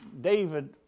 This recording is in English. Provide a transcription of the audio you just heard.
David